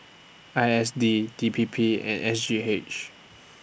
I S D D P P and S G H